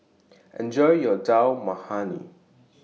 Enjoy your Dal Makhani